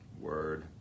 word